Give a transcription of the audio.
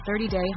30-day